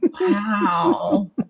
wow